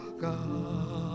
God